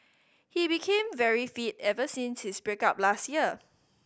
he became very fit ever since his break up last year